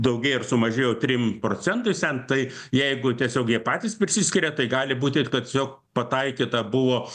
daugėja ir sumažėjo trim procentais ten tai jeigu tiesiog jie patys prisiskiria tai gali būti kad tiesiog pataikyta buvo